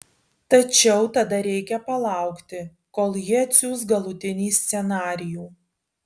tačiau tada reikia palaukti kol ji atsiųs galutinį scenarijų